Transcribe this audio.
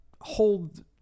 hold